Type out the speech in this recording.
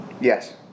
Yes